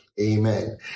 Amen